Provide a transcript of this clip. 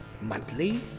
monthly